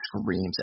screams